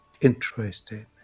interesting